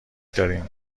داریم